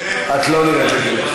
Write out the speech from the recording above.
את לא נראית לגילך.